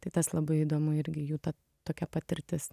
tai tas labai įdomu irgi jų ta tokia patirtis